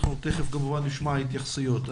אנחנו תיכף כמובן נשמע התייחסויות.